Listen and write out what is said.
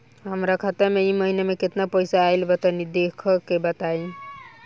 हमरा खाता मे इ महीना मे केतना पईसा आइल ब तनि देखऽ क बताईं?